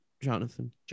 Jonathan